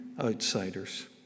outsiders